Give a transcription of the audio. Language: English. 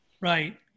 Right